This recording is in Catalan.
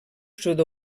sud